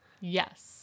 Yes